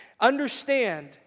Understand